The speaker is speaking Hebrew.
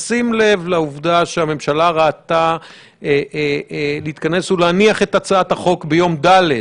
בשים לב לעובדה שהממשלה ראתה להתכנס ולהניח את הצעת החוק ביום ד',